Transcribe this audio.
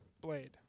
blade